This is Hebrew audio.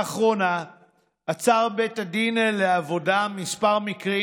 לאחרונה עצר בית הדין לעבודה כמה מקרים